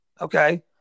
Okay